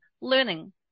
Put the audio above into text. learning